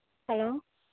hello